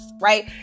right